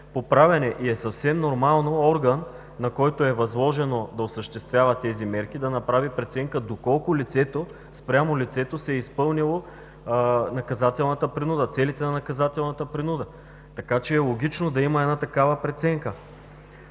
поправяне. Съвсем нормално е орган, на който е възложено да осъществява тези мерки, да направи преценка доколко спрямо лицето е изпълнена наказателната принуда, целите на наказателната принуда, така че логично е да има такава преценка.